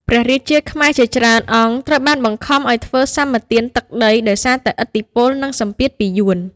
ព្រះរាជាខ្មែរជាច្រើនអង្គត្រូវបានបង្ខំឱ្យធ្វើសម្បទានទឹកដី ដោយសារតែឥទ្ធិពល និងសម្ពាធពីយួន។